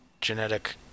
Genetic